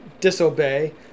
disobey